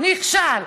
נכשל,